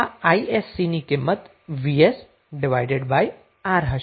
તો આ isc ની કિંમત vsR હશે